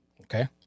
Okay